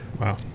Wow